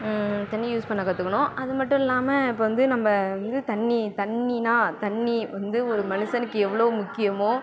தண்ணியை யூஸ் பண்ண கற்றுக்கணும் அது மட்டும் இல்லாமல் இப்போ வந்து நம்ப வந்து தண்ணி தண்ணினால் தண்ணி வந்து ஒரு மனுஷனுக்கு எவ்வளோ முக்கியமோ